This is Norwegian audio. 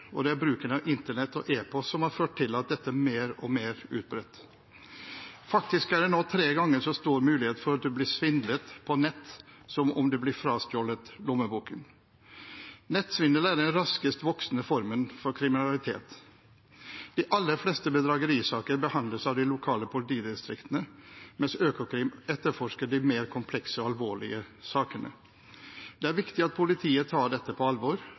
og det er bruken av internett og e-post som har ført til at dette er mer og mer utbredt. Faktisk er det nå tre ganger så stor mulighet for å bli svindlet på nett som å bli frastjålet lommeboken. Nettsvindel er den raskest voksende formen for kriminalitet. De aller fleste bedragerisaker behandles av de lokale politidistriktene, mens Økokrim etterforsker de mer komplekse og alvorlige sakene. Det er viktig at politiet tar dette på alvor,